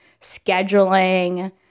scheduling